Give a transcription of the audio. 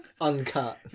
Uncut